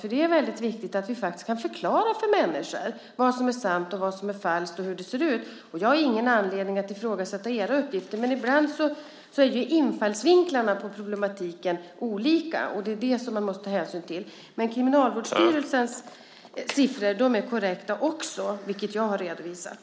För det är väldigt viktigt att vi faktiskt kan förklara för människor vad som är sant, vad som är falskt och hur det ser ut. Jag har ingen anledning att ifrågasätta era uppgifter, men ibland är ju infallsvinklarna på problematiken olika och det måste man ta hänsyn till. Men Kriminalvårdsstyrelsens siffror är korrekta, vilket jag har redovisat.